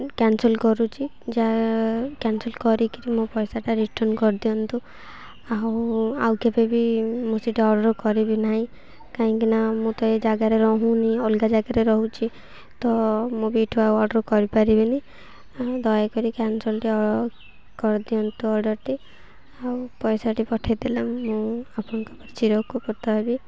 cancel କରୁଛି ଯାହା cancel କରିକିରି ମୋ ପଇସାଟା ରିଟର୍ଣ୍ଣ କରିଦିଅନ୍ତୁ ଆଉ ଆଉ କେବେ ବି ମୁଁ ସେଇଠି ଅର୍ଡ଼ର କରିବି ନାହିଁ କାହିଁକି ନା ମୁଁ ତ ଏ ଜାଗାରେ ରହୁନି ଅଲଗା ଜାଗାରେ ରହୁଛି ତ ମୁଁ ବି ଏଇଠୁ ଆଉ ଅର୍ଡ଼ର କରିପାରିବିନି ଦୟାକରି କ୍ୟାନସଲଟି କରିଦିଅନ୍ତୁ ଅର୍ଡ଼ରଟି ଆଉ ପଇସାଟି ପଠାଇଦେଲେ ମୁଁ ଆପଣଙ୍କ ଚିରଉପକୃତ ହେବି